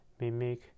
mimic